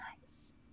Nice